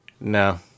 No